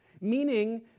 meaning